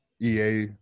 EA